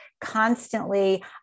constantly